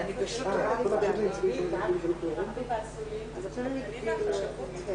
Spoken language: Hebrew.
יעמיד תקציבים לטובת ניצולי השואה אם זה יהיה במשרד האוצר